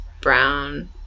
brown